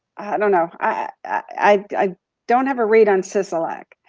i don't know. i don't have a read on sisolak.